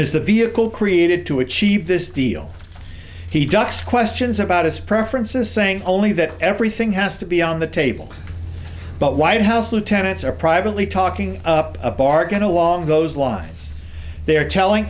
is the vehicle created to achieve this deal he ducks questions about his preferences saying only that everything has to be on the table but white house lieutenants are privately talking up a bargain along those lines they are telling